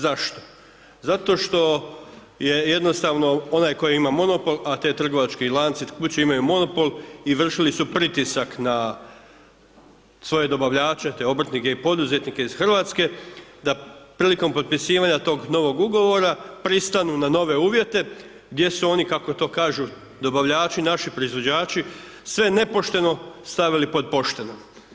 Zašto, zato što je jednostavno onaj koji ima monopol, a ti trgovački lanci i kuće imaju monopol i vršili su pritisak na svoje dobavljače te obrtnike i poduzetnike iz Hrvatske da prilikom potpisivanja tog novog ugovora pristanu na nove uvjete gdje su oni kako to kažu dobavljači, naši proizvođači sve nepošteno stavili pod pošteno.